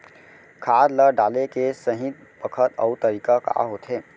खाद ल डाले के सही बखत अऊ तरीका का होथे?